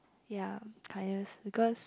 ya kindness because